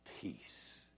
peace